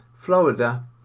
Florida